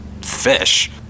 fish